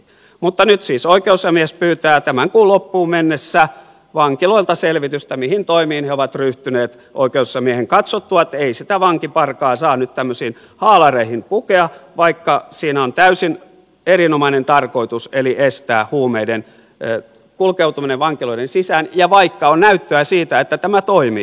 mutta nyt siis oikeusasiamies pyytää tämän kuun loppuun mennessä vankiloilta selvitystä mihin toimiin he ovat ryhtyneet oikeusasiamiehen katsottua että ei sitä vankiparkaa saa nyt tämmöisiin haalareihin pukea vaikka siinä on täysin erinomainen tarkoitus eli estää huumeiden kulkeutuminen vankiloiden sisään ja vaikka on näyttöä siitä että tämä toimii